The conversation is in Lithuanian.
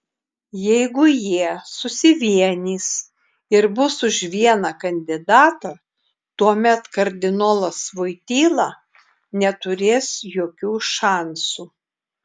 jeigu jie susivienys ir bus už vieną kandidatą tuomet kardinolas voityla neturės jokių šansų